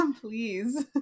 please